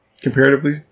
comparatively